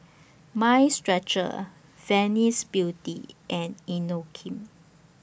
Mind Stretcher Venus Beauty and Inokim